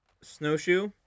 Snowshoe